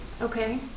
Okay